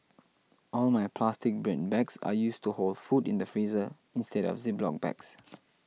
all my plastic bread bags are used to hold food in the freezer instead of Ziploc bags